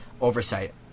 oversight